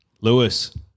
Lewis